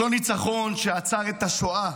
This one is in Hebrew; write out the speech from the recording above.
אותו ניצחון שעצר את השואה,